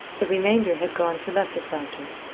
the remainder had gone to lesser planters,